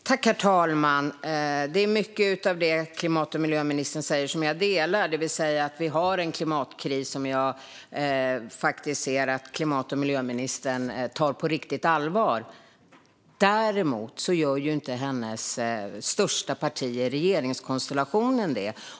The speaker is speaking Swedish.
Herr talman! Mycket av det som klimat och miljöministern säger kan jag hålla med om. Vi har en klimatkris som jag ser att klimat och miljöministern tar på riktigt allvar. Däremot gör inte det största partiet i regeringskonstellationen det.